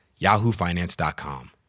YahooFinance.com